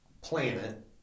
planet